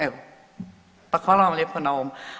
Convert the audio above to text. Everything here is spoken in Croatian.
Evo, pa hvala vam lijepa na ovom.